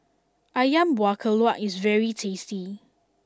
Ayam Buah Keluak is very tasty